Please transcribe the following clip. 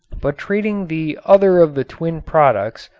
but treating the other of the twin products,